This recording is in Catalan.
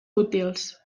útils